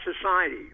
society